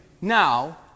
now